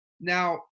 Now